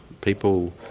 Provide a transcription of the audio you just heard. People